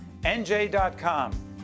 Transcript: NJ.com